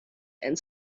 and